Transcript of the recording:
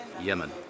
Yemen